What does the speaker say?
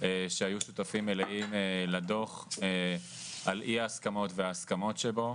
שהיו שותפים מלאים בדו"ח על אי ההסכמות ועל ההסכמות שבו,